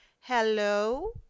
hello